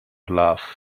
laugh